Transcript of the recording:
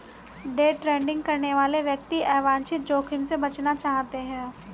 day trading करने वाले व्यक्ति अवांछित जोखिम से बचना चाहते हैं